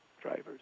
drivers